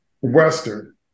Western